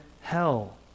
hell